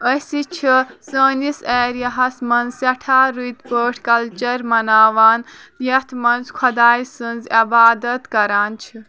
اسہِ چھِ سٲنِس ایٚرِیَہَس منٛز سٮ۪ٹھاہ رٔتۍ پٲٹھۍ کَلچر مناوان یَتھ منٛز خۄدایہِ سٕنٛزعبادت کَران چھِ